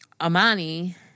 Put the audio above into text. Amani